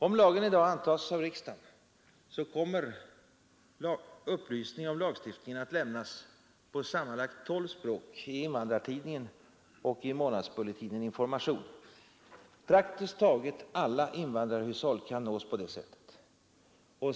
Om denna lag i dag antas av riksdagen kommer upplysning om lagstiftningen att lämnas på sammanlagt tolv språk i Invandrartidningen och i månadsbulletinen Information. Praktiskt taget alla invandrarhushåll kan nås på det sättet.